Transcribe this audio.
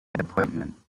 appointment